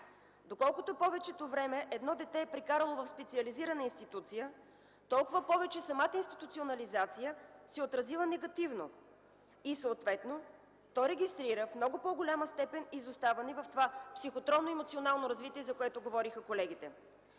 Колкото повече време едно дете е прекарало в специализирана институция, толкова повече самата институционализация се е отразила негативно и съответно то регистрира в много по-голяма степен изоставане в това психическо и емоционално развитие, за което говориха колегите.